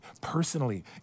personally